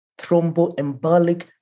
thromboembolic